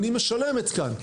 אני משלמת כאן,